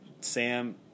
Sam